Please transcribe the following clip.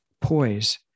Poise